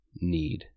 need